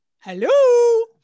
Hello